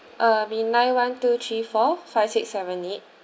uh it'd be nine one two three four five six seven eight